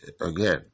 again